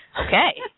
okay